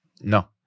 No